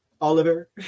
Oliver